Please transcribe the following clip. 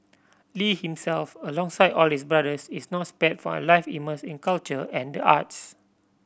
Lee himself alongside all his brothers is not spared from a life immersed in culture and the arts